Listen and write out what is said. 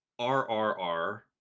RRR